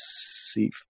see